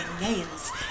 nails